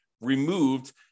removed